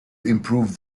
improve